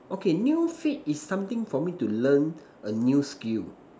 okay new fate is something for me to learn a new skill